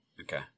Okay